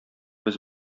без